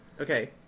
Okay